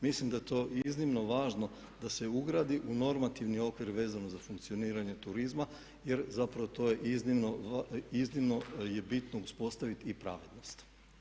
Mislim da je to iznimno važno da se ugradi u normativni okvir vezano za funkcioniranje turizma jer zapravo to je iznimno bitno uspostaviti i pravednost.